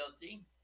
guilty